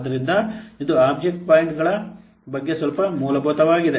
ಆದ್ದರಿಂದ ಇದು ಆಬ್ಜೆಕ್ಟ್ ಪಾಯಿಂಟ್ಗಳ ಬಗ್ಗೆ ಸ್ವಲ್ಪ ಮೂಲಭೂತವಾಗಿದೆ